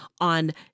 on